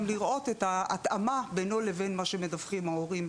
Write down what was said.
לראות את ההתאמה בינו לבין מה שמדווחים ההורים,